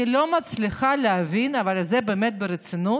אני לא מצליחה להבין, אבל זה באמת ברצינות: